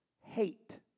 hate